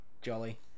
jolly